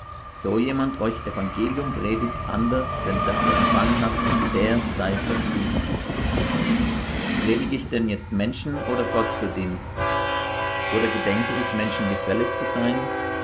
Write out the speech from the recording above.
so jemand euch evangelium predigt anders denn das ihr empfangen habt der sei verflucht predige ich denn jetzt menschen oder gott zu dienst oder gedenke ich menschen gefällig zu sein